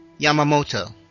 Yamamoto